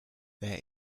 there